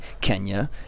Kenya